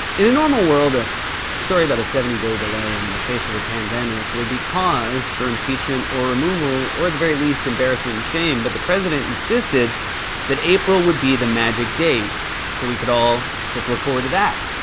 in a normal world, a story about a seventy day delay in the face of a pandemic would be cause for impeachment or removal or, at the very least, embarrassment and shame. but the president insisted that april would be the magic date so we could all just look forward to that.